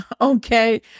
Okay